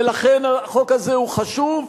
ולכן החוק הזה הוא חשוב,